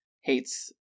hates